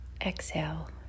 exhale